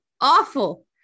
awful